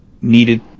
needed